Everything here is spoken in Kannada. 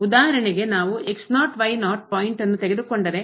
ಉದಾಹರಣೆಗೆ ನಾವು ಪಾಯಿಂಟ್ನ್ನು ತೆಗೆದುಕೊಂಡರೆ